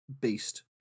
beast